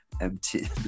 empty